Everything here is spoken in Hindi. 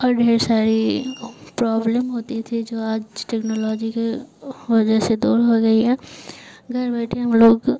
और ढेर सारी प्रॉब्लम होती थी जो आज टेक्नोलॉजी के वो वजह से दूर हो गई है घर बैठे हम लोग